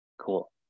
Cool